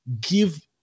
give